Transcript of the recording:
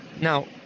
now